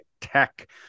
Tech